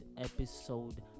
episode